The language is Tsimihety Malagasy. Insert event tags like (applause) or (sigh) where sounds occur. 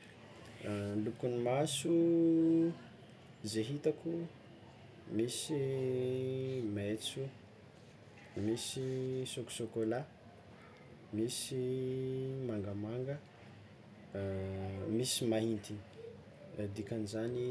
(hesitation) Lokon'ny maso, zay hitako, misy mentso, misy sôkosôkolà, misy mangamanga, misy maintiny, dikan'izany